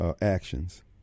actions